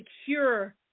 secure